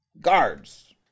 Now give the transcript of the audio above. guards